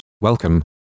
Welcome